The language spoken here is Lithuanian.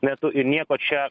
metu ir nieko čia